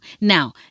now